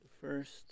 first